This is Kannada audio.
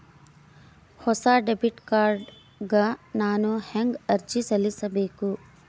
ಹೊಸ ಡೆಬಿಟ್ ಕಾರ್ಡ್ ಗ ನಾನು ಹೆಂಗ ಅರ್ಜಿ ಸಲ್ಲಿಸಬೇಕು?